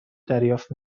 دریافت